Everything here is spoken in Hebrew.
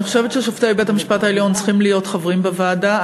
אני חושבת ששופטי בית-המשפט העליון צריכים להיות חברים בוועדה.